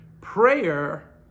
Prayer